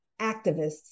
activists